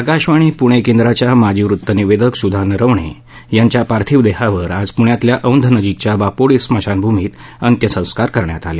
आकाशवाणी पुणे केंद्राच्या माजी वृत्तनिवेदक सुधा नरवणे यांच्या पार्थिव देहावर आज पुण्यातल्या औंध नजिकच्या बोपोडी स्मशानभूमीत अंत्यसंस्कार करण्यात आले